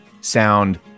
sound